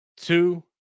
two